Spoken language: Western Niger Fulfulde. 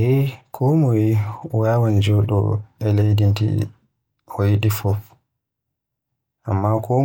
Ey konmoye wawan jodo e leydi ndi o yiɗi fuf. Amma ko